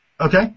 Okay